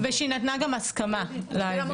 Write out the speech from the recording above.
ושהיא גם נתנה הסכמה ליבוא.